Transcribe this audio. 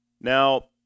Now